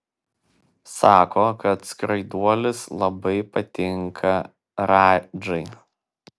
sako kad skraiduolis labai patinka radžai